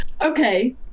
Okay